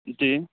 جی